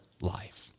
life